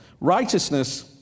righteousness